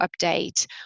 update